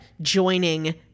joining